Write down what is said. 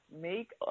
make